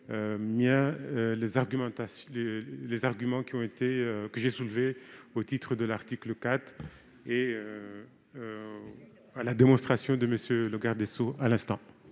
les arguments que j'ai soulevés au titre de l'article 4 et fais mienne la démonstration de M. le garde des sceaux à l'instant.